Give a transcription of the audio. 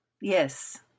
Yes